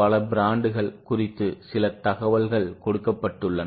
பல பிராண்டுகள் குறித்து சில தகவல்கள் கொடுக்கப்பட்டுள்ளன